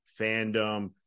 fandom